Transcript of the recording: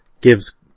gives